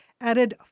added